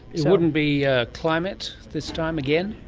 so wouldn't be ah climate this time again?